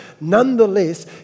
Nonetheless